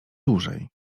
dłużej